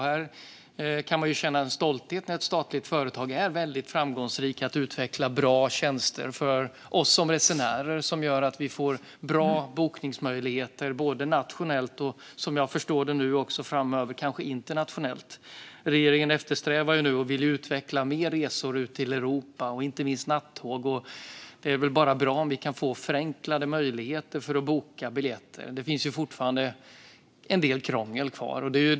Här kan man känna en stolthet när ett statligt företag är väldigt framgångsrikt i att utveckla bra tjänster för oss som resenärer som gör att vi får bra bokningsmöjligheter både nationellt och, som jag förstår det, kanske nu framöver också internationellt. Regeringen eftersträvar och vill utveckla mer resor till Europa och inte minst nattåg. Det är väl bara bra om vi kan få förenklade möjligheter att boka biljetter. Det finns fortfarande en del krångel kvar.